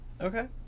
Okay